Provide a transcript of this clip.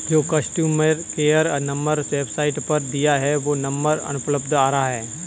जो customer care number website पर दिया है वो नंबर अनुपलब्ध आ रहा है